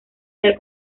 ser